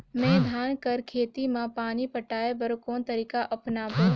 मैं धान कर खेती म पानी पटाय बर कोन तरीका अपनावो?